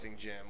gym